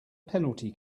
penalty